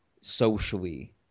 socially